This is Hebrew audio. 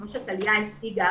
כמו שטליה הסבירה,